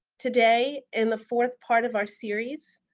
today in the fourth part of our series,